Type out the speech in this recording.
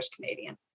Canadian